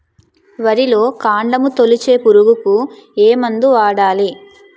వరిలో కాండము తొలిచే పురుగుకు ఏ మందు వాడాలి?